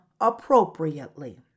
appropriately